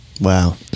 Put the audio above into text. Wow